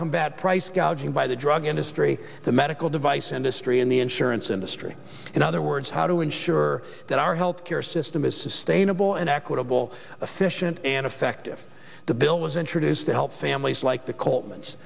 combat price gouging by the drug industry the medical device industry and the insurance industry in other words how to ensure that our health care system is sustainable and equitable efficient and effective the bill was introduced to help families like the coleman